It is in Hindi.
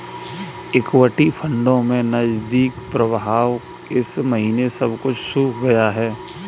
इक्विटी फंडों में नकदी प्रवाह इस महीने सब कुछ सूख गया है